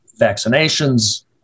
vaccinations